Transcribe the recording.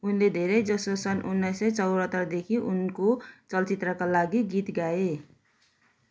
उनले धेरैजसो सन् उन्नाइस सय चौहत्तरदेखि उनको चलचित्रका लागि गीत गाए